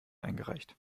eingereicht